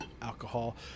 alcohol